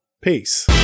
Peace